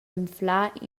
anflar